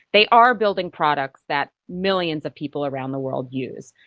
they are building products that millions of people around the world use.